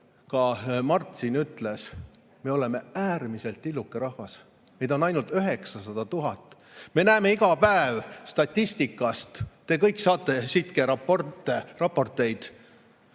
ka Mart siin ütles, et me oleme äärmiselt tilluke rahvas, meid on ainult 900 000. Me näeme iga päev statistikast, te kõik saate SITKE raporteid,